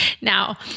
Now